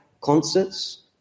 concerts